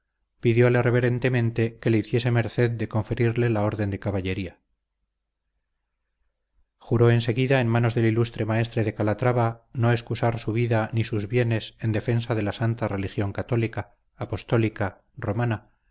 tineo pidióle reverentemente que le hiciese merced de conferirle la orden de caballería juró en seguida en manos del ilustre maestre de calatrava no excusar su vida ni sus bienes en defensa de la santa religión católica apostólica romana